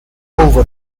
over